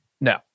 No